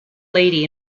lady